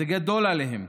זה גדול עליהם.